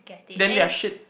then they are shit